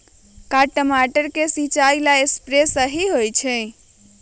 का टमाटर के सिचाई ला सप्रे सही होई?